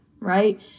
right